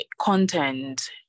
content